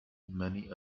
many